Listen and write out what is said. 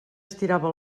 estirava